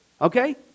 Okay